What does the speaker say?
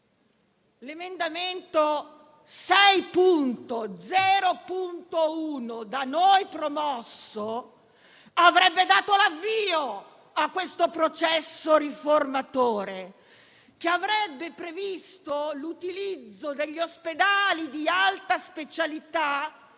L'emendamento 6.0.1, da noi promosso, avrebbe dato l'avvio a questo processo riformatore che avrebbe previsto l'utilizzo degli ospedali di alta specialità,